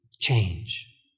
change